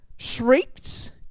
Shrieked